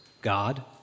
God